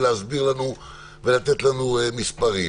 להסביר לנו ולתת לנו מספרים